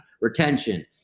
retention